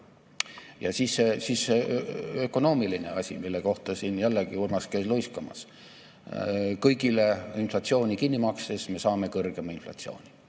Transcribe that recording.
Ja siis ökonoomiline asi, mille kohta siin jällegi Urmas käis luiskamas: kõigile inflatsiooni kinni makstes me saame kõrgema inflatsiooni.